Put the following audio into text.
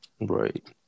right